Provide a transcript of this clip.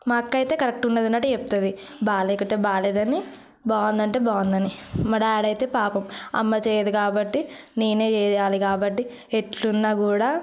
మా అక్కయితే కరెక్టుగా ఉన్నది ఉన్నట్టు చెప్తుంది బాలేకుంటే బాలేదని బావుందంటే బావుందని మా డాడీ అయితే పాపం అమ్మ చేయదు కాబట్టి నేనే చేయాలి కాబట్టి ఎట్లున్నా కూడ